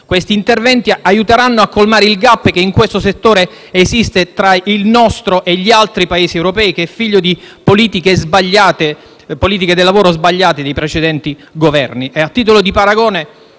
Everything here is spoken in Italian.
Questi interventi aiuteranno a colmare il *gap* che in questo settore esiste tra il nostro e gli altri Paesi europei, che è figlio di politiche del lavoro sbagliate dei precedenti Governi. A titolo di paragone,